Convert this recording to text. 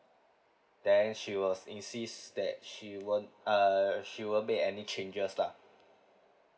then she was insist that she won't err she won't make any changes lah